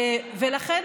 ולכן,